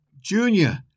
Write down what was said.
Junior